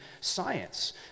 science